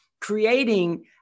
creating